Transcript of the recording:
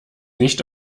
nicht